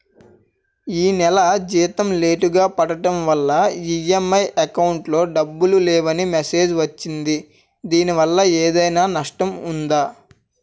ఈ నెల జీతం లేటుగా పడటం వల్ల ఇ.ఎం.ఐ అకౌంట్ లో డబ్బులు లేవని మెసేజ్ వచ్చిందిదీనివల్ల ఏదైనా నష్టం ఉందా?